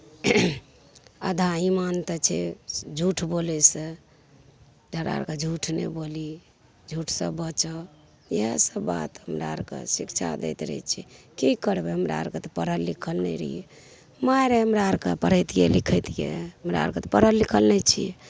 आधा इमान तऽ छै झूठ बोलैसे तोहरा आओरके झूठ नहि बोली झूठसे बचऽ इएहसब बात हमरा आओरके शिक्षा दैत रहै छिए कि करबै हमरा आओरके तऽ पढ़ल लिखल नहि रहिए माइ रहै हमरा आओरके पढ़ेतिए लिखेतिए हमरा आओरके तऽ पढ़ल लिखल नहि छिए